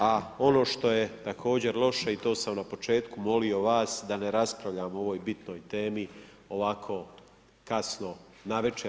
A ono što je također loše i to sam na početku molio vas da ne raspravljamo o ovoj bitnoj temi ovako kasno navečer.